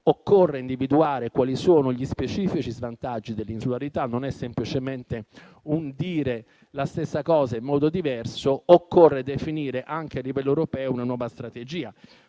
occorre individuare quali sono gli specifici svantaggi dell'insularità, non si tratta semplicemente di dire la stessa cosa in modo diverso, ma occorre definire anche a livello europeo una nuova strategia.